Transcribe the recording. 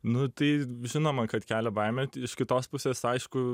nu tai žinoma kad kelia baimę iš kitos pusės aišku